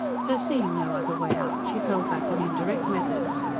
so, seeing no other way out, she fell back on indirect methods.